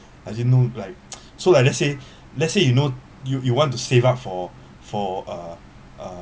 I didn't know like so like let's say let's say you know you you want to save up for for uh uh